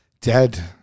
Dead